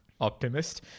optimist